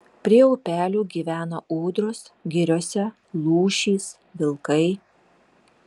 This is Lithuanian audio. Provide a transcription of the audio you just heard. prie upelių gyvena ūdros giriose lūšys vilkai